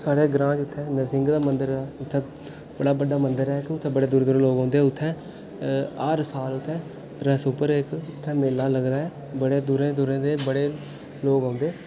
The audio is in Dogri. साढ़े ग्रांऽ जित्थैं नरसिंगें दा मंदर ऐ उत्थै बड़ा मंदर ऐ इक उत्थैं बड़े दूरै दूरै दे लोक औंदे उत्थैं अ हर साल उत्थैं रस पर इक उत्थै मेला लगदा ऐ बड़े दूरै दूरैं दे बड़े लोक औंदे